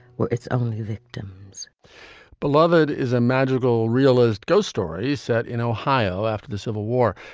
well, it's only victims beloved is a magical realist ghost story set in ohio after the civil war.